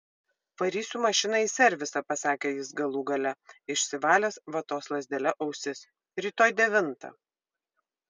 varysiu mašiną į servisą pasakė jis galų gale išsivalęs vatos lazdele ausis rytoj devintą